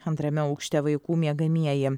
antrame aukšte vaikų miegamieji